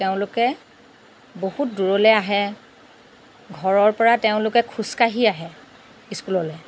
তেওঁলোকে বহুত দূৰলৈ আহে ঘৰৰ পৰা তেওঁলোকে খোজ কাঢ়ি আহে স্কুললৈ